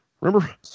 Remember